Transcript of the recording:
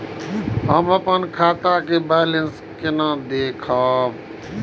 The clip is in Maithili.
हम अपन खाता के बैलेंस केना देखब?